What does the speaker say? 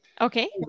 okay